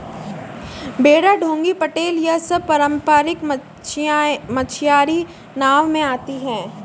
बेड़ा डोंगी पटेल यह सब पारम्परिक मछियारी नाव में आती हैं